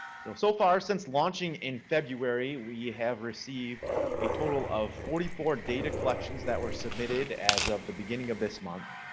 so so far since launching in february we have received a total of forty four data collections that were submitted as of the beginning of this month.